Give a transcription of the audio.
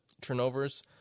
turnovers